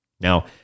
Now